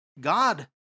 God